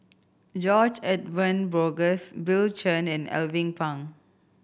George Edwin Bogaars Bill Chen and Alvin Pang